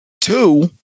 Two